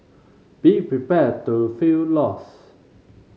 be prepared to feel lost